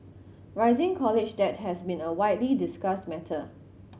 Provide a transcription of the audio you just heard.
rising college debt has been a widely discussed matter